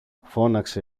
φώναξε